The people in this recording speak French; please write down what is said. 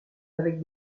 avec